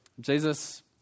Jesus